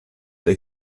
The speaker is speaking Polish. tej